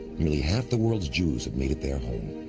nearly half the world's jews have made it their home,